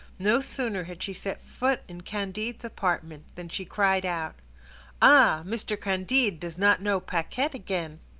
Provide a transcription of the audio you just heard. no sooner had she set foot in candide's apartment than she cried out ah! mr. candide does not know paquette again.